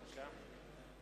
בבקשה.